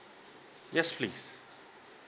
yes please